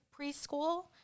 preschool